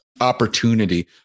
opportunity